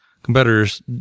Competitors